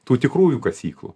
tų tikrųjų kasyklų